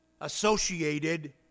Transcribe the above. associated